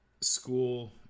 school